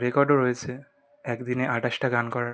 রেকর্ডও রয়েছে এক দিনে আঠাশটা গান করার